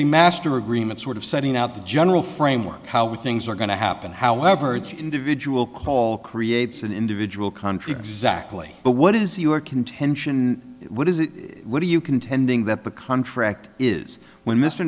a master agreement sort of setting out the general framework how were things are going to happen however its individual call creates an individual country exactly but what is your contention what is it what are you contending that the contract is when mr